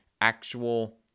actual